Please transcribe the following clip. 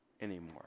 anymore